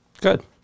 Good